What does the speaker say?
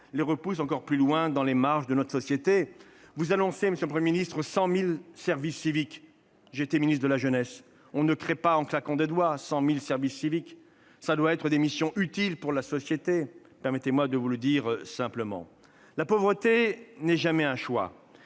les repousse encore plus loin dans les marges de notre société. Vous annoncez, monsieur le Premier ministre, 100 000 services civiques. J'ai été ministre de la jeunesse, et je peux vous dire qu'on ne crée pas en claquant des doigts 100 000 services civiques ; ils doivent correspondre à des missions utiles pour la société. Permettez-moi de vous le dire simplement. La pauvreté n'est jamais un choix